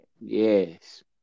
Yes